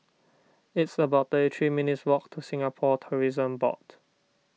it's about thirty three minutes' walk to Singapore Tourism Board